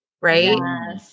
Right